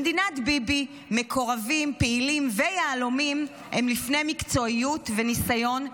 במדינת ביבי מקורבים פעילים ויהלומים הם לפני מקצועיות וניסיון,